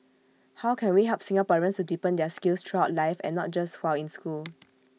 how can we help Singaporeans to deepen their skills throughout life and not just while in school